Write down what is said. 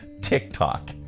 TikTok